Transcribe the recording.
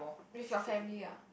with your family ah